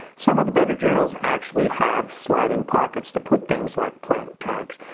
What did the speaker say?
some of the better journals actually have sliding pockets to put things like plant tags.